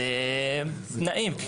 אלה התנאים.